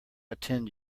attend